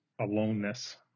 aloneness